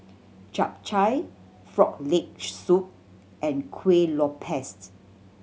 Chap Chai Frog Leg Soup and Kuih Lopes